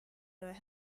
your